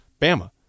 Bama